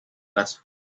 casa